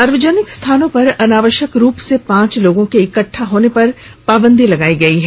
सार्वजनिक स्थानों पर अनावश्यक रूप से पांच लोगों के इकटठा होने पर पावंदी लागू रहेगी